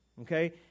Okay